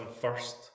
first